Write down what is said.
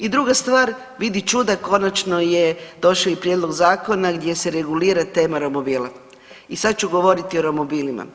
I druga stvar, vidi čuda konačno je došao i prijedlog zakona gdje se regulira tema romobila i sad ću govoriti o romobilima.